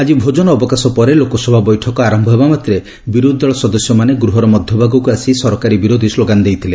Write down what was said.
ଆଜି ଭୋଜନ ଅବକାଶ ପରେ ଲୋକସଭା ବୈଠକ ଆରମ୍ଭ ହେବା ମାତ୍ରେ ବିରୋଧୀ ଦଳ ସଦସ୍ୟମାନେ ଗୃହର ମଧ୍ୟଭାଗକୁ ଆସି ସରକାରୀ ବିରୋଧୀ ଶ୍ଲୋଗାନ ଦେଇଥିଲେ